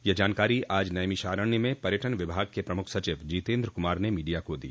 यह जानकारी आज नैमिषारण्य में पर्यटन विभाग के प्रमुख सचिव जितेन्द्र कुमार ने मीडिया को दो